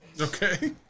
Okay